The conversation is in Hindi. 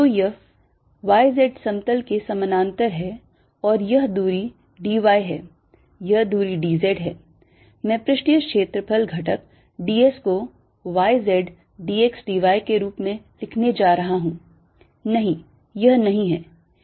तो यह y z समतल के समानांतर है और यह दूरी d y है यह दूरी d z है मैं पृष्ठीय क्षेत्रफल घटक ds को y z dx dy के रूप में लिखने जा रहा हूं नहीं यह नहीं है dx x के लंबवत है